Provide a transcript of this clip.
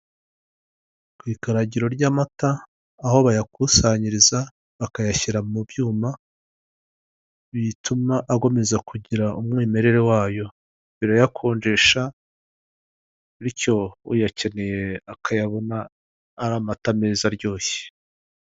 Ku ikaragiro ry'amata, aho bayakusanyiriza, bakayashyira mu byuma bituma agomeza kugira umwimerere wayo. Birayakonjesha, bityo uyakeneye akayabona ari amata meza aryoshye.